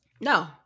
No